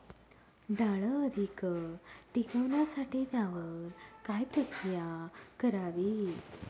डाळ अधिक टिकवण्यासाठी त्यावर काय प्रक्रिया करावी?